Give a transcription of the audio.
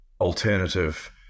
alternative